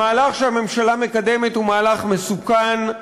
המהלך שהממשלה מקדמת הוא מהלך מסוכן,